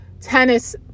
tennis